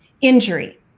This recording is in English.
injury